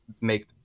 make